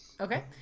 Okay